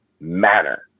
manner